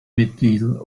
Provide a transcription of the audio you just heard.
mitgliedern